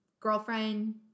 Girlfriend